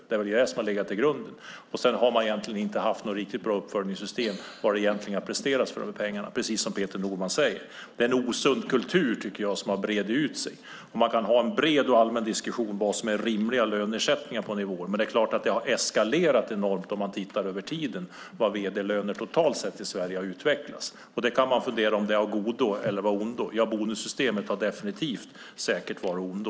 Det är väl det som funnits i grunden. Sedan har man egentligen inte haft något riktigt bra system för uppföljning av vad som egentligen presterats för pengarna - precis som Peter Norman säger. Jag tycker att det är en osund kultur som brett ut sig. Man kan ha en bred och allmän diskussion om vad som är rimliga löner, ersättningsnivåer. Men det är klart att det över tid har eskalerat enormt när det gäller hur vd-löner totalt sett i Sverige har utvecklats. Man kan fundera på om det är av godo eller av ondo. Säkert har bonussystemet definitivt varit av ondo.